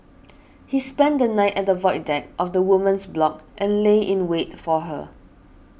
he spent the night at the void deck of the woman's block and lay in wait for her